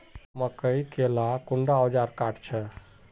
मकई के ला कुंडा ओजार काट छै?